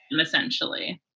Essentially